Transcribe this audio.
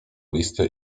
listy